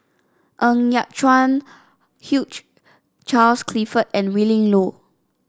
Ng Yat Chuan Hugh Charles Clifford and Willin Low